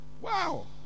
Wow